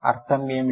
అర్థం ఏమిటి